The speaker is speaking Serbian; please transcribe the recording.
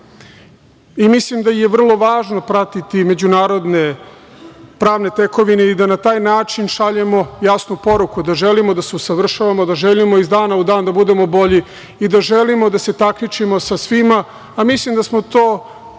da je vrlo važno pratiti međunarodne pravne tekovine i da na taj način šaljemo jasnu poruku da želimo da se usavršavamo, da želimo iz dana u dan da budemo bolji i da želimo da se takmičimo sa svima, a mislim da smo to našim